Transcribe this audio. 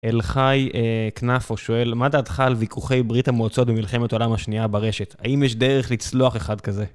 אלחי כנפו שואל: "מה דעתך על ויכוחי ברית המועצות ומלחמת העולם השנייה ברשת, האם יש דרך לצלוח אחד כזה?"